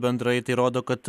bendrai tai rodo kad